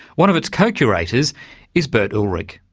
one of its co-curators is bert ulrich.